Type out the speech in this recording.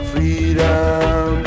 Freedom